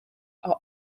are